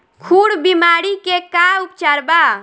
खुर बीमारी के का उपचार बा?